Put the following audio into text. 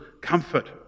comfort